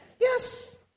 Yes